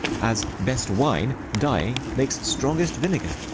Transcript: as best wine, dying, makes strongest vinegar.